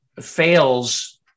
fails